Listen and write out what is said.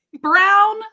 Brown